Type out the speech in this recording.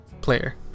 player